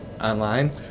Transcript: online